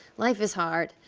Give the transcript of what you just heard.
life is hard,